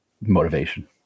motivation